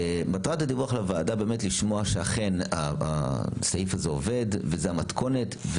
מטרת הדיווח לוועדה היא באמת לשמוע שאכן הסעיף הזה עובד וזו המתכונת,